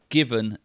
Given